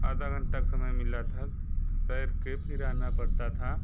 आधा घंटा का समय मिला था तैर कर फिर आना पड़ता था